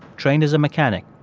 trained as a mechanic.